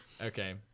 okay